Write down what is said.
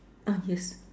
ah yes